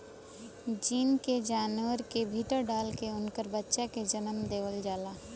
gene के जानवर के भीतर डाल के उनकर बच्चा के जनम देवल जाला